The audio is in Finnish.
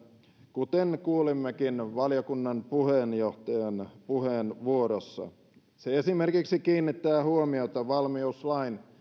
kuten kuulimmekin valiokunnan puheenjohtajan puheenvuorossa se esimerkiksi kiinnittää huomiota valmiuslain